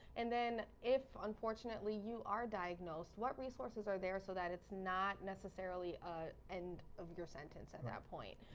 and then if unfortunately you are diagnosed what resources are there so that it's not necessarily a end of your sentence at that point.